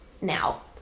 Now